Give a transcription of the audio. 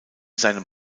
seinem